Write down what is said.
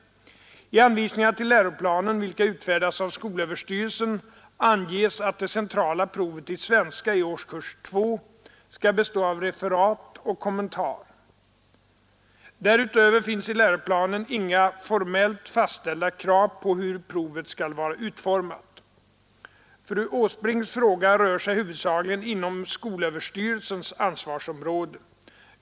I anvisningarna till läroplanen, vilka utfärdas av skolöverstyrelsen, anges att det centrala provet i svenska i årskurs 2 skall bestå av referat och kommentar. Därutöver finns i läroplanen inga formellt fastställda krav på hur provet skall vara utformat. Fru Åsbrinks fråga rör sig huvudsakligen inom skolöverstyrelsens ansvarsområde.